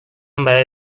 برای